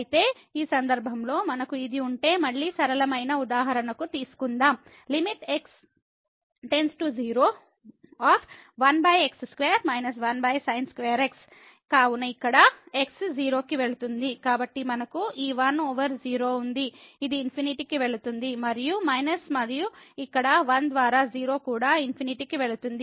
అయితే ఈ సందర్భంలో మనకు ఇది ఉంటే మళ్ళీ సరళమైన ఉదాహరణను తీసుకుందాం x 0 కావున ఇక్కడ x 0 కి వెళుతుంది కాబట్టి మనకు ఈ 1 ఓవర్ 0 ఉంది ఇది ∞ కి వెళుతుంది మరియు మైనస్ మళ్ళీ ఇక్కడ 1 ద్వారా 0 కూడా ∞ కి వెళుతుంది